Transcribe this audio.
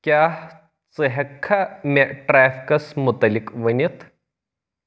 کیٛاہ ژٕ ہٮ۪کھا مےٚ ٹریفکَس مُتعلِق ؤنِتھ